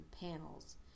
panels